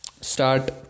start